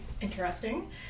interesting